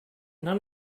none